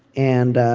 and.